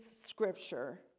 scripture